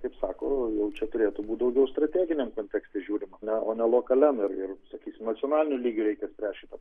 kaip sako jau čia turėtų būt daugiau strateginiam kontekste žiūrima na o ne lokaliam ir sakysim nacionaliniu lygiu reikia spręsti šitą